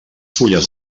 fulles